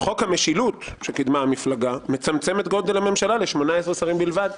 חוק המשילות שקידמה המפלגה מצמצם את גודל הממשלה ל-18 שרים בלבד".